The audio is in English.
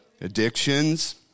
Addictions